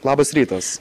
labas rytas